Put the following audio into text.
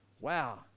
Wow